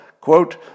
quote